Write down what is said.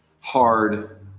hard